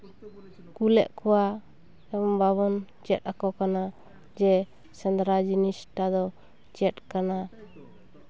ᱵᱟᱵᱚᱱ ᱠᱳᱞᱮᱫ ᱠᱚᱣᱟ ᱵᱟᱵᱚᱱ ᱪᱮᱫ ᱟᱠᱚ ᱠᱟᱱᱟ ᱡᱮ ᱥᱮᱸᱫᱽᱨᱟ ᱡᱤᱱᱤᱥᱴᱟᱫᱚ ᱪᱮᱫ ᱠᱟᱱᱟ